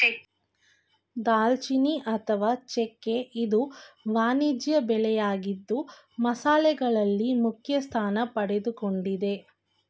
ದಾಲ್ಚಿನ್ನಿ ಅಥವಾ ಚೆಕ್ಕೆ ಇದು ವಾಣಿಜ್ಯ ಬೆಳೆಯಾಗಿದ್ದು ಮಸಾಲೆಗಳಲ್ಲಿ ಮುಖ್ಯಸ್ಥಾನ ಪಡೆದುಕೊಂಡಿದೆ